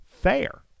fair